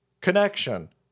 connection